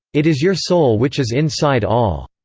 it is your soul which is inside all,